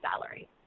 salary